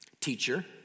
Teacher